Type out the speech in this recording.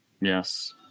Yes